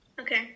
Okay